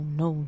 no